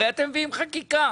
הרי אתם מביאים חקיקה,